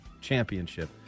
Championship